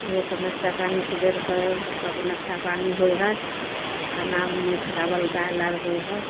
इएहसब नाश्ता पानी सबेरके सब नाश्ता पानी होइ हइ आओर खानामे चावल दालि आर होइ हइ